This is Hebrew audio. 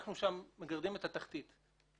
אנחנו מגרדים את התחתית.